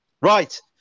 right